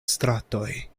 stratoj